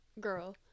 girl